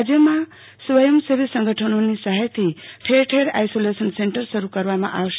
રાજયમાં રવયંસેવક સંગઠનોની સહાય થી ઠેરઠેર આઈસોલેસન સેન્ટર શરૂ કરવામાં આવશે